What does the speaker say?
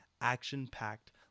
action-packed